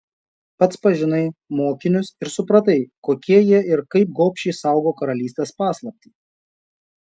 pats pažinai mokinius ir supratai kokie jie ir kaip gobšiai saugo karalystės paslaptį